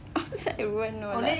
offside everyone know lah